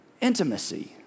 intimacy